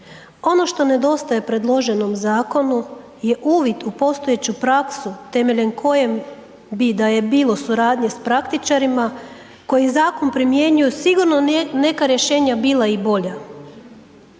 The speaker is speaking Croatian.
Ono što nedostaje predloženom zakonu je uvid u postojeću praksu temeljem koje bi da je bilo suradnje s praktičarima koji zakon primjenjuju sigurno neka rješenja bila i bolja.